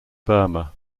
burma